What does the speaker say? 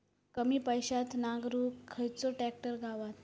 कमी पैशात नांगरुक खयचो ट्रॅक्टर गावात?